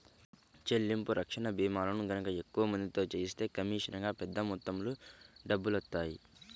చెల్లింపు రక్షణ భీమాలను గనక ఎక్కువ మందితో చేయిస్తే కమీషనుగా పెద్ద మొత్తంలో డబ్బులొత్తాయి